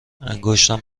انگشتم